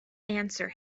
answer